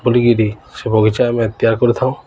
ବୁଲିକିରି ସେ ବଗିଚା ଆମେ ତିଆରି କରିଥାଉ